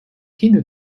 hindu